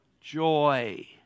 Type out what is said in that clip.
joy